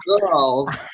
girls